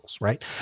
Right